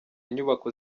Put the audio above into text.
inyubako